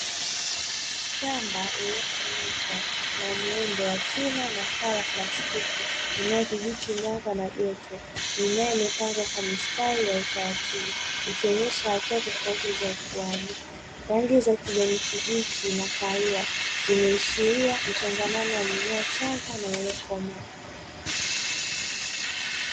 Shamba lililofunikwa na muundo wa chuma na paa la plastiki inayodhibiti mwanga na joto. Mimea imepangwa kwa mistari ya utaratibu, ikionesha hatua tofauti za ukuaji. Rangi za kijani kibichi na kahawia, zinaashiria mchangamano wa mimea changa na iliyokomaa.